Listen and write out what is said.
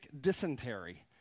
dysentery